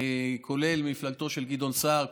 כולל מפלגתו של גדעון סער,